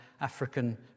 African